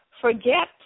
Forget